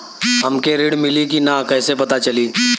हमके ऋण मिली कि ना कैसे पता चली?